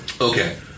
Okay